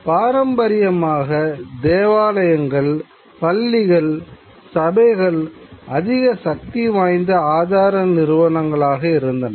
பாரம்பரியமாக தேவாலயங்கள் பள்ளிகள் சபைகள் அதிக சக்திவாய்ந்த ஆதார நிறுவனங்களாக இருந்தன